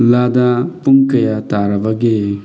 ꯂꯥꯗ ꯄꯨꯡ ꯀꯌꯥ ꯇꯥꯔꯕꯒꯦ